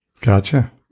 Gotcha